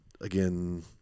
again